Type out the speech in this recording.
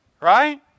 right